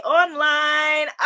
online